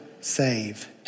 save